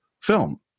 film